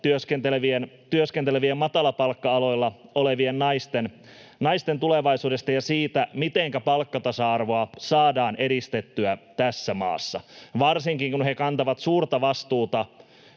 työskentelevien, matalapalkka-aloilla olevien naisten tulevaisuudesta ja siitä, mitenkä palkkatasa-arvoa saadaan edistettyä tässä maassa — varsinkin, kun he kantavat suurta vastuuta,